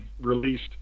released